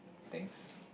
thanks